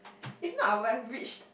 if not I would have reached